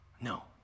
No